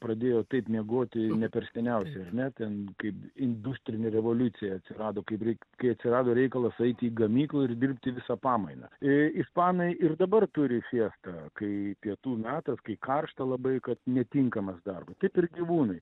pradėjo taip miegoti ne per seniausiai ar ne ten kaip industrinė revoliucija atsirado kaip reik kai atsirado reikalas eiti į gamyklą ir dirbti visą pamainą ispanai ir dabar turi siestą kai pietų metas kai karšta labai kad netinkamas darbui taip ir gyvūnui